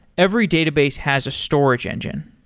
every database has a storage engine.